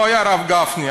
לא היה הרב גפני,